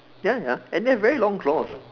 ya ya and they have very long claws